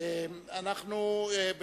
רם, אבל לא כהצעת אי-אמון אלא כהצעה לסדר-היום.